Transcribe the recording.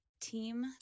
team